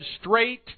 straight